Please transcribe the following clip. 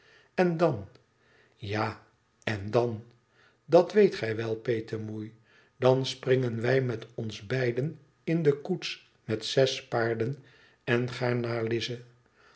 en dan ja en dan dat weet gij wel petemoei dan springen wij met ons beiden in de koets met zes paarden en